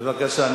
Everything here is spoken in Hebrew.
בבקשה.